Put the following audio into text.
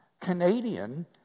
Canadian